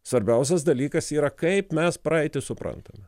svarbiausias dalykas yra kaip mes praeitį suprantame